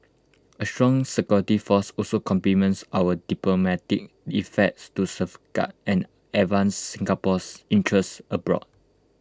A strong security force also complements our diplomatic effects to safeguard and advance Singapore's interests abroad